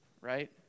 Right